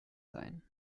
sein